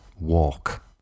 walk